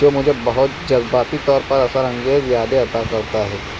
جو مجھے بہت جذباتی طور پر اثر انگیز یادیں عطا کرتا ہے